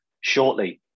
shortly